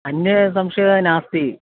अन्यः संशयः नास्ति